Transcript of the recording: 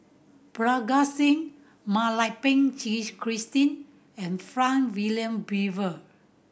Parga Singh Mak Lai Peng Christine and Frank Wilmin Brewer